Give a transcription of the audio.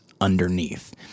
underneath